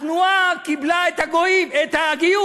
התנועה קיבלה את הגיור.